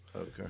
Okay